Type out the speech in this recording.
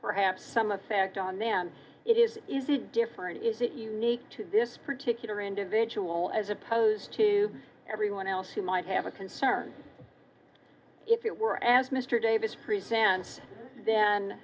perhaps some effect on them and it is is it different is that unique to this particular individual as opposed to everyone else who might have a concern if it were as mr davis presents then